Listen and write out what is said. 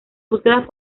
búsquedas